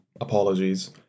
Apologies